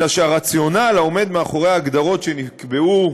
אלא שהרציונל העומד מאחורי ההגדרות שנקבעו פעם,